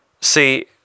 See